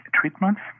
treatments